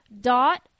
dot